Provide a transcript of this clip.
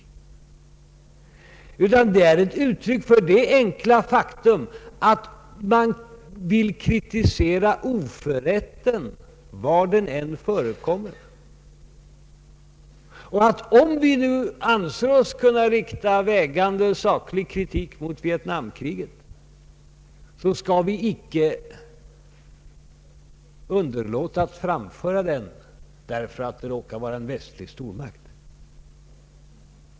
Det är i stället ett uttryck för det enkla faktum att man vill kritisera oförrätten var den än förekommer. Om vi nu anser oss kunna rikta vägande saklig kritik mot Vietnamkriget, skall vi icke underlåta att framföra den därför att det råkar vara en västlig stormakt.